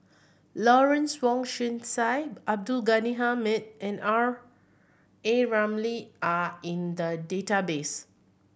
Lawrence Wong Sai Abdul Ghani Hamid and R A Ramli are in the database